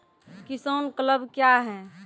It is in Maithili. किसान क्लब क्या हैं?